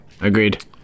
agreed